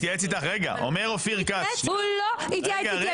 אומר אופיר כץ ש --- הוא לא התייעץ איתי.